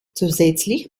zusätzlich